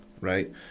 right